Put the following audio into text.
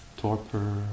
torpor